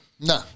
No